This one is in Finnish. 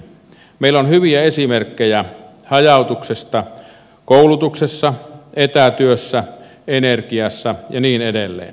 meillä on hyviä esimerkkejä hajautuksesta koulutuksessa etätyössä energiassa ja niin edelleen